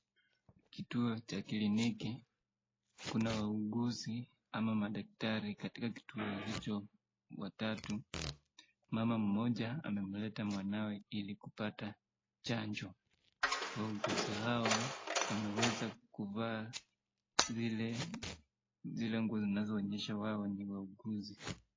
Kituo cha kliniki. Kuna wauguzi ama madaktari katika kituo hicho watatu. Mama mmoja amemleta mwanawe ili kupata chanjo. Wauguzi hawa wameweza kuvaa zile nguo zinazoonyesha wao ni wauguzi.